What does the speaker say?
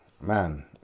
man